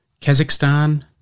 Kazakhstan